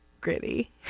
Gritty